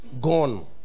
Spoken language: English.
gone